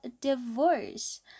divorce